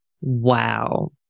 Wow